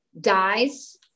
dies